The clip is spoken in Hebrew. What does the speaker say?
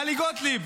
טלי גוטליב,